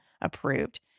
approved